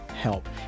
help